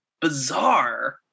bizarre